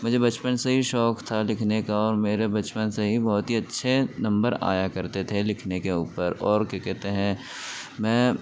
مجھے بچپن سے ہی شوق تھا لکھنے کا اور میرے بچپن سے ہی بہت ہی اچھے نمبر آیا کرتے تھے لکھنے کے اوپر اور کیا کہتے ہیں میں